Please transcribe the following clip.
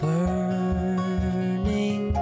Burning